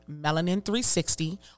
Melanin360